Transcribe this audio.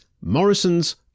Morrison's